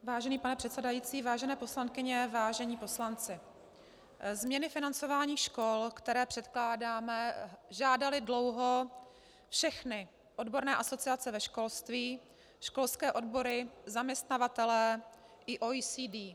Vážený pane předsedající, vážené poslankyně, vážení poslanci, změny financování škol, které předkládáme, žádaly dlouho všechny odborné asociace ve školství, školské odbory, zaměstnavatelé i OECD.